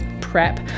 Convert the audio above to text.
prep